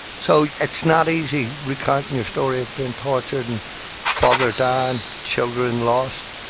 so it's not easy recounting your story of being tortured and father dying, children lost,